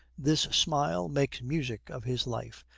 this smile makes music of his life,